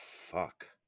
Fuck